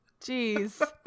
Jeez